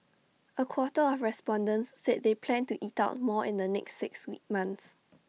A quarter of respondents said they plan to eat out more in the next six months